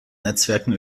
netzwerken